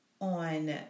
on